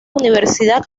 universidad